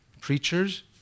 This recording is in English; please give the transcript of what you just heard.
Preachers